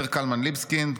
אומר קלמן ליבסקינד.